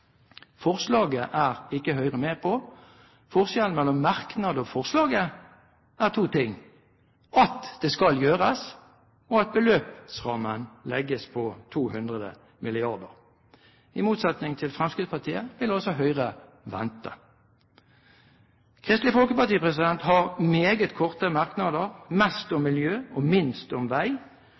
Forslaget er ikke Høyre med på. Forskjellen mellom merknad og forslaget er to ting: At det skal gjøres, og at beløpsrammen legges på 200 mrd. kr. I motsetning til Fremskrittspartiet vil altså Høyre vente. Kristelig Folkeparti har meget korte merknader, mest om miljø og minst om vei